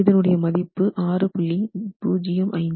இதனுடைய மதிப்பு 6